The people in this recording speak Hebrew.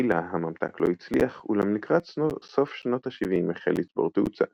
תחילה הממתק לא הצליח אולם לקראת סוף שנות השבעים החל לצבור תאוצה.